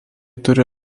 turi